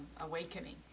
awakening